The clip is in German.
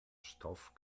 stoff